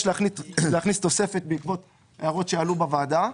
להכניס תוספת בעקבות הערות שעלו בוועדה.